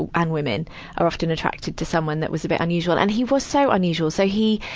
and and women are often attracted to someone that was a bit unusual. and he was so unusual. so he.